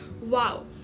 wow